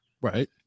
Right